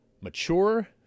mature